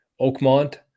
Oakmont